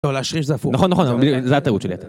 יאללה, שחיש זפור. נכון, נכון, זאת הטעות שלי הייתה.